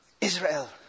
Israel